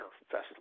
Festival